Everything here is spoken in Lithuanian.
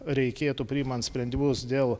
reikėtų priimant sprendimus dėl